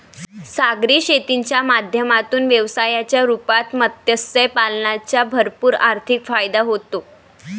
सागरी शेतीच्या माध्यमातून व्यवसायाच्या रूपात मत्स्य पालनाचा भरपूर आर्थिक फायदा होतो